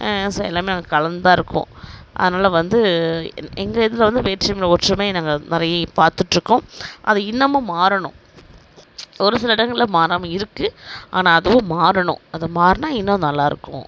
சே எல்லாம் நாங்கள் கலந்துதான் இருக்கோம் அதனால் வந்து எங்கள் இதில் வந்து வேற்றுமை ஒற்றுமை நாங்கள் நிறைய பார்த்துட்டு இருக்கோம் அது இன்னமும் மாறணும் ஒருசில இடங்களில் மாறாமல் இருக்குது ஆனால் அதுவும் மாறணும் அது மாறினால் இன்னும் நல்லா இருக்கும்